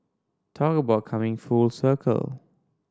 talk about coming full circle